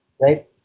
right